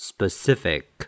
Specific